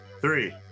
three